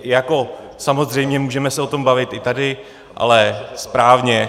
Jako samozřejmě můžeme se o tom bavit i tady, ale správně.